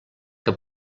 que